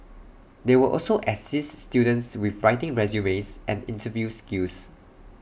they will also assist students with writing resumes and interview skills